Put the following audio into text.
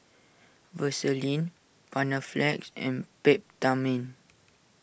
Vaselin Panaflex and Peptamen